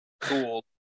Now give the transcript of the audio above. cool